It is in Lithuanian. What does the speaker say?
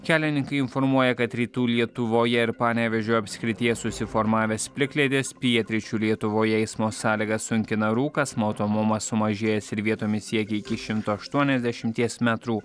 kelininkai informuoja kad rytų lietuvoje ir panevėžio apskrityje susiformavęs plikledis pietryčių lietuvoje eismo sąlygas sunkina rūkas matomumas sumažėjęs ir vietomis siekia iki šimto aštuoniasdešimties metrų